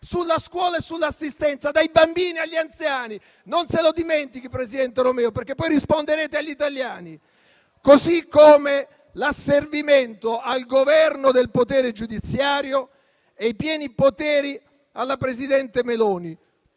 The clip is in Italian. sulla scuola e sull'assistenza, dai bambini agli anziani. Non se lo dimentichi, presidente Romeo, perché poi risponderete agli italiani. Così come l'asservimento al Governo del potere giudiziario e i pieni poteri alla presidente Meloni.